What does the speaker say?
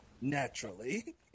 naturally